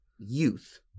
youth